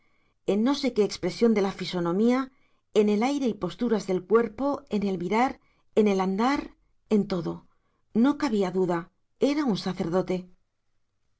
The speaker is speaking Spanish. en no sé qué expresión de la fisonomía en el aire y posturas del cuerpo en el mirar en el andar en todo no cabía duda era un sacerdote